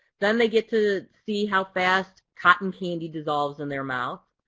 then they get to see how fast cotton candy dissolves in their mouth.